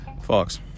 Fox